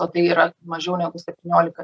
o tai yra mažiau negu septyniolika